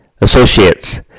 Associates